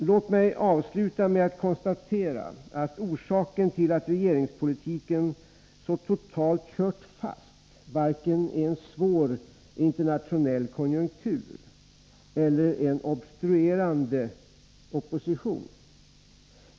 Låt mig avsluta med att konstatera att orsaken till att regeringspolitiken så totalt kört fast varken är en svår internationell konjunktur eller en obstruerande opposition.